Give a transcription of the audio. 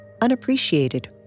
unappreciated